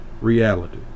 reality